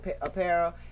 apparel